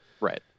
Right